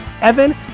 evan